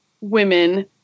women